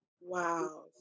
Wow